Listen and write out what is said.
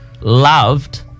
loved